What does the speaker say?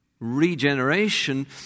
regeneration